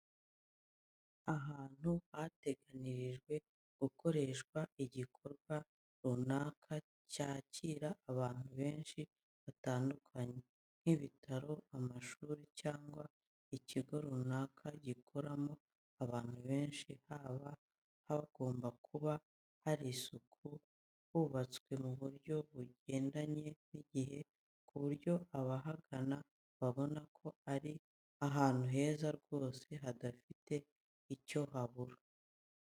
Ahantu hateganirijwe gukorerwa igikorwa runaka cyakira abantu benshi batandukanye, nk'ibitaro, amashuri cyangwa ikigo runaka gikoramo abantu benshi haba hagomba kuba hari isuku hubatswe mu buryo bugendanye n'igihe, ku buryo abahagana babona ko ari ahantu heza rwose hadafite icyo habura.